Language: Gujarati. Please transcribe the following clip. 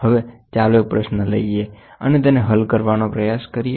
હવે ચાલો એક પ્રશ્ન લઈએ અને તેને હલ કરવાનો પ્રયાસ કરીએ